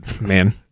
man